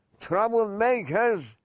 troublemakers